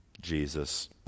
Jesus